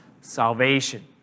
salvation